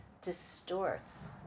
distorts